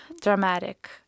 dramatic